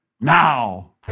now